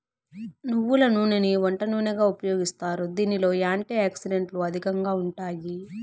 నువ్వుల నూనెని వంట నూనెగా ఉపయోగిస్తారు, దీనిలో యాంటీ ఆక్సిడెంట్లు అధికంగా ఉంటాయి